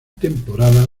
temporada